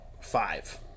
five